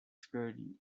squarely